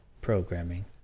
programming